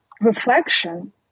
reflection